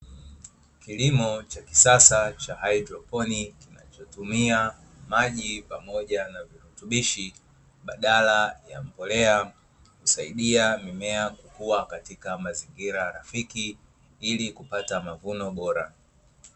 Kilimo cha kisasa cha haidrokloni, kinachotumia maji pamoja na virutubishi, badala ya mbolea, kusaidia mimea kukua katika mazingira rafiki, ili kupata mavuno bora.